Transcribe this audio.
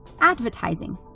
advertising